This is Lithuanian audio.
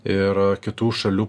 ir kitų šalių